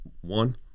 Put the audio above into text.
one